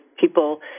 people